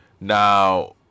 now